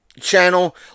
channel